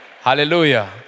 Hallelujah